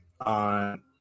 on